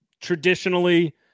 traditionally